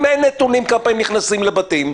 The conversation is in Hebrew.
אם אין נתונים כמה פעמים נכנסים לבתים,